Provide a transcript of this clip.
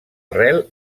rel